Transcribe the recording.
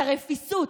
את הרפיסות,